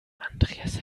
andreas